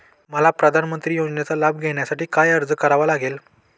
मला प्रधानमंत्री योजनेचा लाभ घेण्यासाठी काय अर्ज करावा लागेल?